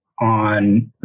on